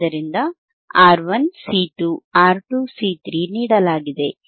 ಆದ್ದರಿಂದR1 C2 R2 C3 ನೀಡಲಾಗಿದೆ